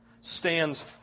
stands